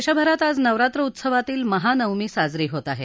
देशभरात आज नवरात्र उत्सवातील महानवमी साजरी होत आहे